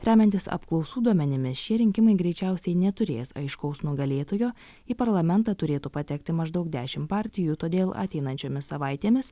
remiantis apklausų duomenimis šie rinkimai greičiausiai neturės aiškaus nugalėtojo į parlamentą turėtų patekti maždaug dešimt partijų todėl ateinančiomis savaitėmis